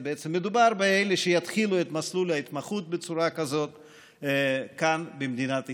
בעצם מדובר באלה שיתחילו את מסלול ההתמחות בצורה כזאת כאן במדינת ישראל.